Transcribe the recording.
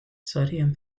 sodium